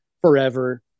forever